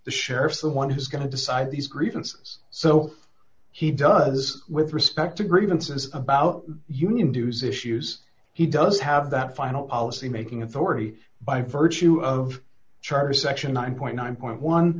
the sheriff the one who's going to decide these grievances so he does with respect to grievances about union dues issues he does have that final policy making authority by virtue of charter section nine point nine point one